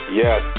yes